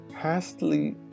hastily